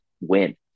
win